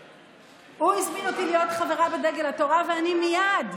הוא הזמין אותי להיות חברה בדגל התורה, ואני מייד,